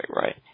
right